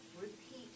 repeat